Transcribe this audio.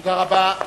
תודה רבה.